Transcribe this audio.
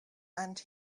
and